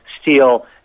steel